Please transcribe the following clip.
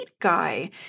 guy